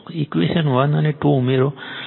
equation 1 અને 2 ઉમેરો